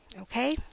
okay